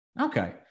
Okay